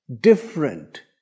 different